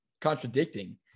contradicting